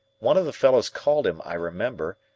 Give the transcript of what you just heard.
one of the fellows called him, i remember,